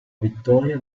vittoria